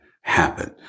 happen